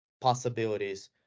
possibilities